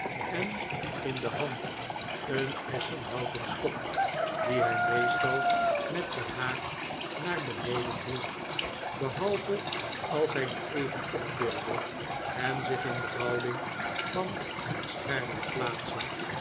en in de hand een esschenhouten stok dien hij meestal met den haak naar beneden hield behalve als hij dien even optilde en zich in de houding van een schermer plaatsend